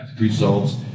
results